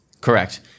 Correct